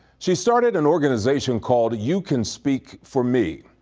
she started an organization called you can speak for me.